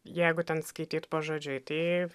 jeigu ten skaityt pažodžiui tai